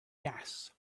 gas